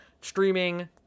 streaming